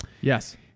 Yes